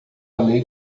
lei